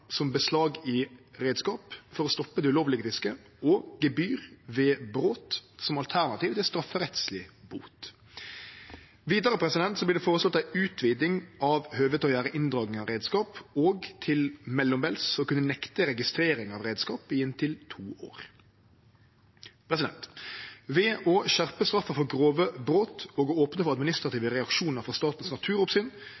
som beslag i reiskap, for å stoppe det ulovlege fisket, og gebyr ved brot som alternativ til strafferettsleg bot. Vidare vert det føreslått ei utviding av høvet til å gjere inndraging av reiskap og til mellombels å kunne nekte registrering av reiskap i inntil to år. Ved å skjerpe straffa for grove brot og opne for